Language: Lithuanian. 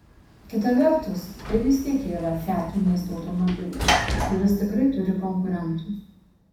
kita vertus tai vis tiek yra fiat miesto automobilis kuris tikrai turi konkurentų